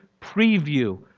preview